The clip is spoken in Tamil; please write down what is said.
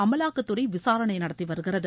அமலாக்கத்துறை விசாரணை நடத்தி வருகிறது